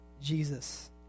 Jesus